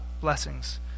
blessings